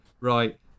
right